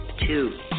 two